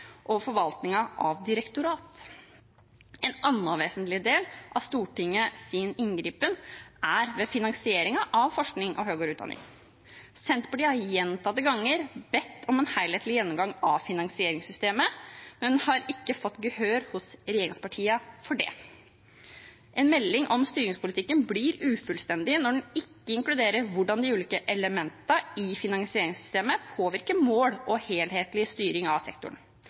og forvaltningen av direktorat. En annen vesentlig del av Stortingets inngripen er ved finansieringen av forskning og høyere utdanning. Senterpartiet har gjentatte ganger bedt om en helhetlig gjennomgang av finansieringssystemet, men har ikke fått gehør hos regjeringspartiene for det. En melding om styringspolitikken blir ufullstendig når den ikke inkluderer hvordan de ulike elementene i finansieringssystemet påvirker mål og helhetlig styring av sektoren.